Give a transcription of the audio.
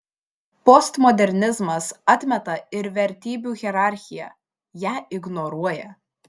postmodernizmas atmeta ir vertybių hierarchiją ją ignoruoja